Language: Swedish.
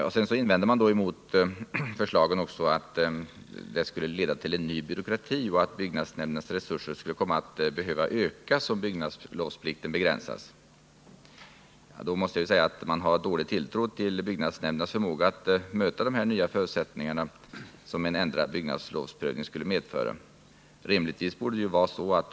Andra invändningar som man gör mot förslagen är att de skulle leda till en ny byråkrati och att byggnadsnämndernas resurser skulle behöva ökas om bygglovsplikten begränsas. Men då sätter man inte stor tilltro till byggnadsnämndernas förmåga att möta de nya förutsättningar som en ändrad byggnadslovsprövning skulle medföra.